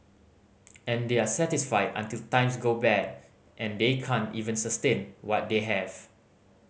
and they are satisfied until times go bad and they can't even sustain what they have